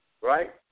right